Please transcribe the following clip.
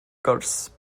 gwrs